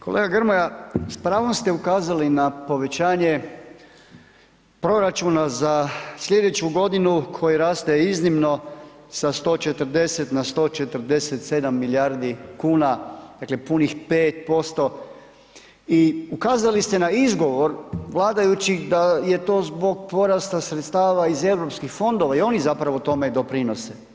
Kolega Grmoja, s pravom ste ukazali na povećanje proračuna za sljedeću godinu koji raste iznimno sa 140 na 147 milijardi kuna, dakle punih 5% i ukazali ste na izgovor vladajućih da je to zbog porasta sredstava iz europskih fondova i oni zapravo tome doprinose.